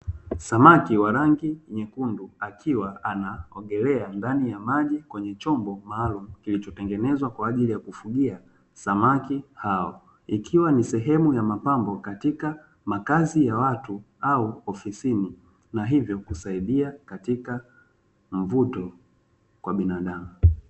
Samaki wa rangi nyekundu akiwa anaogelea ndani ya maji kwenye chombo maalumu kilichotengenezwa kwa ajili ya kufugia samaki hao, ikiwa ni sehemu ya mapambo katika makazi ya watu au ofisini na hivyo kusaidia latika mvuto kwa binadamu.